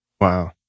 Wow